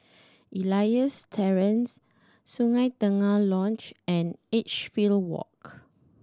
Elias Terrace Sungei Tengah Lodge and Edgefield Walk